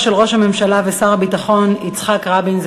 של ראש הממשלה ושר הביטחון יצחק רבין,